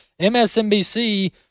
MSNBC